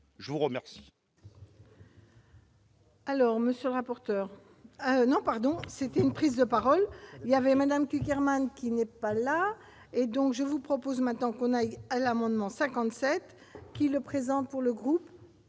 Je veux remercier